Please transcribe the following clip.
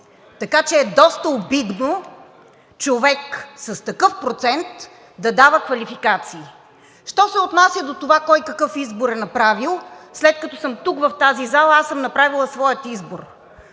Така че е доста обидно човек с такъв процент да дава квалификации. Що се отнася до това кой какъв избор е направил, след като съм тук в тази зала, аз съм направила своя избор.